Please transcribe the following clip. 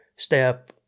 step